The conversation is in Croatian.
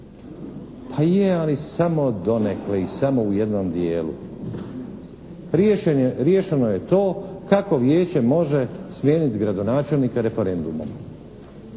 Pa je, ali samo donekle i samo u jednom dijelu. Riješen je, riješeno je to kako Vijeće može smijeniti gradonačelnika referendumom?